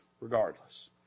regardless